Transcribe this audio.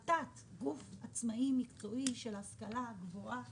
ות"ת, גוף מקצועי עצמאי של השכלה גבוהה